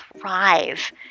thrive